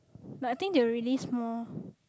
like I think they release more